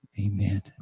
Amen